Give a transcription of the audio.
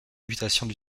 mutations